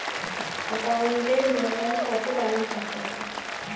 একাউন্টে নূন্যতম কত ব্যালেন্স রাখতে হবে?